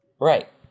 Right